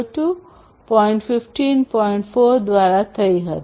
4 દ્વારા થઈ હતી